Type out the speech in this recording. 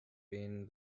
been